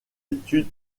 études